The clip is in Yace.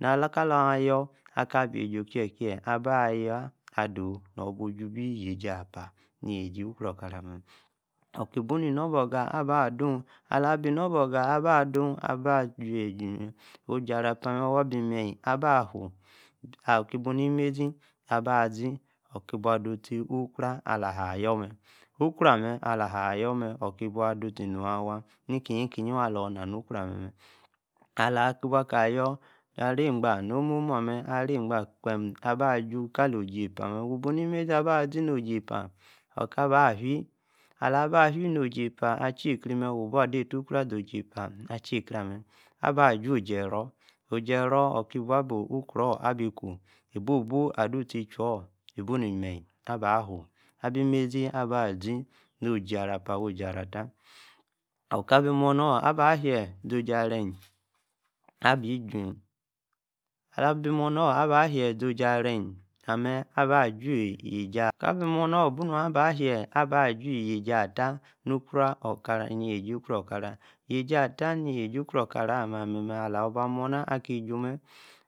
Na-alaak-ka-alunayor, abi yieji okiekie aba-yaa adow, no bi Jubi, Jiesi-apa, ni yiesi ukwor-okara mee-nom, oorti-buo ni nobe-oga aba do, ala bi noboga aba do, así anata Otie awaa mazi, abasi awaa niokukwor ojiepa, ortie bul to nímají abasi, Otta waa Okrow kpem, akosi eno, Ota bi Okro abi kuu. bimizi abasi waa osi arrapa kaa arratta Okaa-bi-mornna ábanie-zil osi arriame Abi moranor aba tue aju-yisi atlaa, ee-Juu yiesi okwor okara.